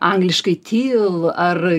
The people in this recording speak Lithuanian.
angliškai teal ar